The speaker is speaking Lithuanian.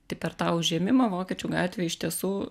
tai per tą užėmimą vokiečių gatvė iš tiesų